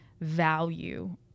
value